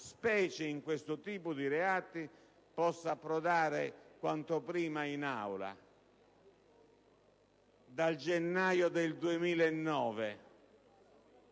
specie in questo tipo di reati - possa approdare quanto prima in Aula. Dal gennaio del 2009